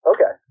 Okay